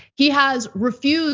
he has refused